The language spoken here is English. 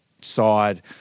side